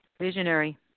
Visionary